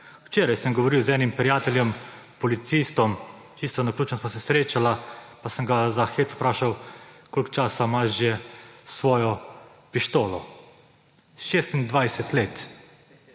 Včeraj sem govoril z enim prijateljem policistom. Čisto naključno sva se srečala, pa sem ga za hec vprašal, koliko časa ima že svojo pištolo. 26 let.